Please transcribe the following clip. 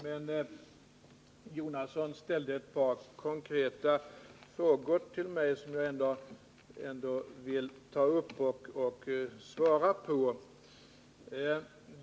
Men Bertil Jonasson ställde ett par konkreta frågor till mig, som jag ändå vill svara på.